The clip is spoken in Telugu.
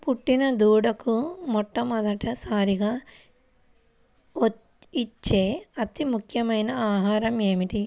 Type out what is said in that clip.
పుట్టిన దూడకు మొట్టమొదటిసారిగా ఇచ్చే అతి ముఖ్యమైన ఆహారము ఏంటి?